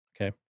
Okay